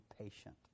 patient